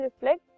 reflect